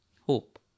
Hope